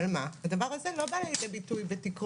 אבל מה, הדבר הזה לא בא לידי ביטוי בתקרות